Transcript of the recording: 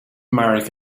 marek